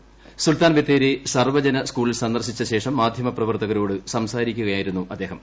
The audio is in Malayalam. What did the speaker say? ് സുൽത്താൻബത്തേരി സർവ്വജന സ്ക്കുൾ സന്ദർശിച്ച ശേഷം മാധ്യമ പ്രവർത്തകരോട് സംസാരിക്കുകയായിരുന്നു അദ്ദേഹം